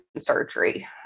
surgery